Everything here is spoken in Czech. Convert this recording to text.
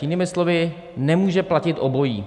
Jinými slovy, nemůže platit obojí.